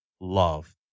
love